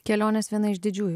kelionės viena iš didžiųjų